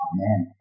Amen